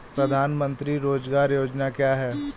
प्रधानमंत्री रोज़गार योजना क्या है?